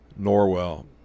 Norwell